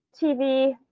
TV